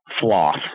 floss